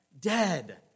dead